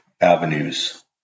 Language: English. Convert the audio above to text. avenues